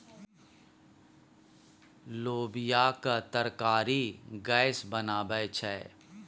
लोबियाक तरकारी गैस बनाबै छै